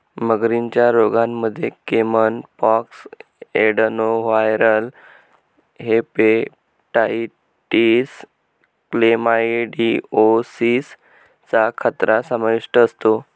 मगरींच्या रोगांमध्ये caiman pox, adenoviral hepatitis, chlamydiosis चा खतरा समाविष्ट असतो